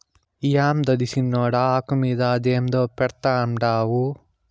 యాందది సిన్నోడా, ఆకు మీద అదేందో పెడ్తండావు